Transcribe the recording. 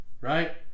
right